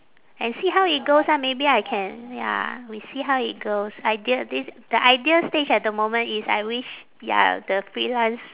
and see how it goes ah maybe I can ya we see how it goes ideal this the ideal stage at the moment is I wish ya the freelance